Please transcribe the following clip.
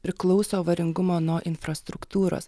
priklauso avaringumo nuo infrastruktūros